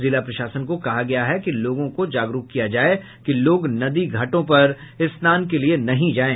जिला प्रशासन को कहा गया है कि लोगों को जागरूक किया जाए कि लोग नदीं घाटों पर स्नान के लिए नहीं जायें